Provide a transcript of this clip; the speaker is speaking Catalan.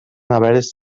neveres